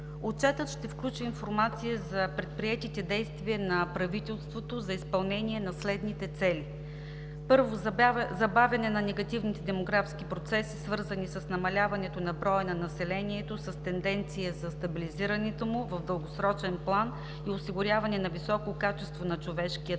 Отчетът ще включи информация за предприетите действия на правителството за изпълнение на следните цели: 1. забавяне на негативните демографски процеси, свързани с намаляването на броя на населението, с тенденция за стабилизирането му в дългосрочен план и осигуряване на високо качество на човешкия